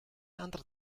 anderer